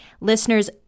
Listeners